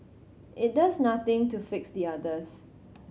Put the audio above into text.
it does nothing to fix the others